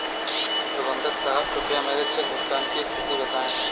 प्रबंधक साहब कृपया मेरे चेक भुगतान की स्थिति बताएं